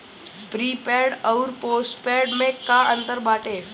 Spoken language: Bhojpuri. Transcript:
प्रीपेड अउर पोस्टपैड में का अंतर बाटे?